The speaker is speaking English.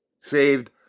saved